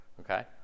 Okay